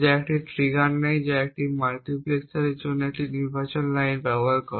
যা একটি ট্রিগার নেয় যা একটি মাল্টিপ্লেক্সারের জন্য একটি নির্বাচন লাইন হিসাবে কাজ করে